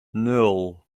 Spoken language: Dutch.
nul